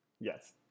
Yes